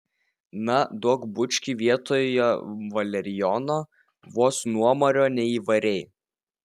na duok bučkį vietoje valerijono vos nuomario neįvarei